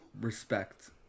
respect